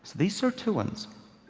these sirtuins